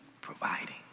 providing